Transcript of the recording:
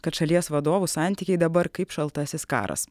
kad šalies vadovų santykiai dabar kaip šaltasis karas